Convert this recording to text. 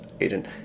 agent